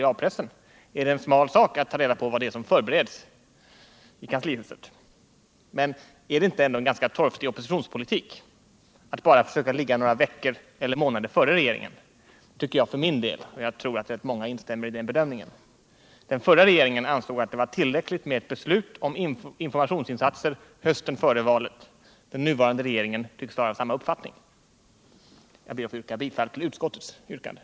i A-pressen är det en smal sak att ta reda på vad som förbereds i kanslihuset. Är det ändå inte en ganska konstig oppositionspolitik att bara försöka ligga några veckor eller månader före regeringen? Det tycker jag för min del, och jag tror att rätt många instämmer i den bedömningen. Den förra regeringen ansåg att det var tillräckligt med ett beslut om informationsinsatser hösten före valet. Den nuvarande regeringen tycks vara av samma uppfattning. Jag ber att få yrka bifall till utskottets hemställan.